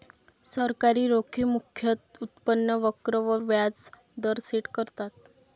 सरकारी रोखे मुख्यतः उत्पन्न वक्र वर व्याज दर सेट करतात